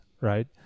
right